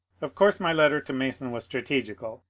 of course my letter to mason was strategical,